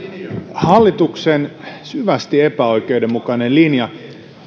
hallituksen syvästi epäoikeudenmukainen linja